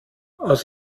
aus